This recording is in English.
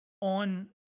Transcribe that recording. on